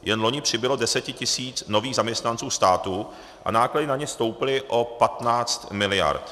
Jen loni přibylo 10 tisíc nových zaměstnanců státu a náklady na ně stouply o 15 miliard.